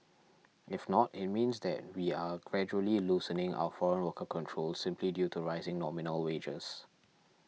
if not it means that we are gradually loosening our foreign worker controls simply due to rising nominal wages